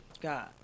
God